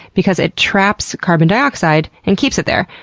because it traps carbon dioxide and keeps it there,